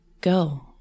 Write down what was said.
go